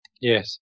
Yes